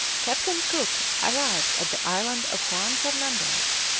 captain cook arrives at the island of juan fernandez,